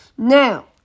Now